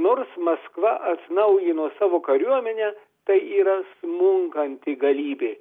nors maskva atnaujino savo kariuomenę tai yra smunkanti galybė